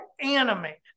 animated